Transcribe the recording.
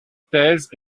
thèse